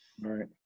Right